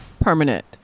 permanent